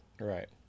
right